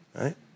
right